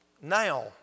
now